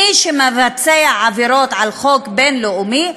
מי שמבצע עבירות על חוק בין-לאומי,